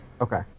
Okay